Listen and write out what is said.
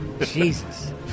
Jesus